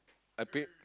a bit